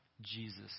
Jesus